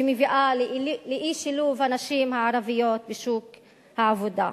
שמביאה לאי-שילוב הנשים הערביות בשוק העבודה.